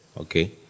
Okay